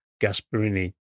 Gasparini